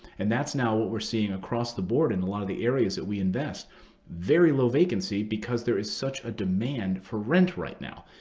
and that's now what we're seeing across the board in a lot of the areas that we invest very low vacancy because there is such a demand for rent right now.